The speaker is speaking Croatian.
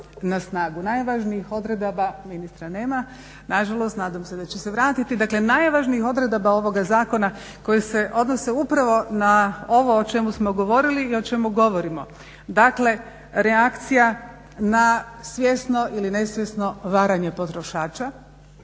na snagu. Najvažnijih odredaba, ministra nema. Nažalost nadam se da će se vratiti, dakle najvažnijih odredaba ovoga zakona koji se odnose upravo na ovo o čemu smo govorili i o čemu govorimo. Dakle reakcija na svjesno ili nesvjesno varanje potrošača,